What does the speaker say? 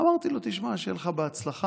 אמרתי לו: תשמע, שיהיה לך בהצלחה.